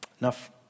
enough